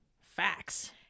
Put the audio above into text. Facts